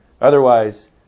Otherwise